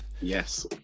Yes